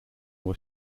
were